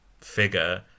figure